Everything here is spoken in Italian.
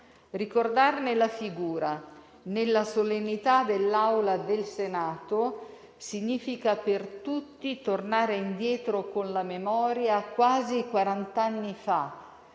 Ricordarne la figura nella solennità dell'Aula del Senato significa per tutti tornare indietro con la memoria a quasi quarant'anni fa,